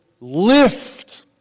lift